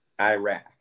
Iraq